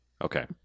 okay